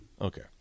okay